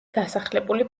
დასახლებული